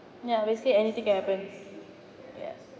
ya basically anything can happen ya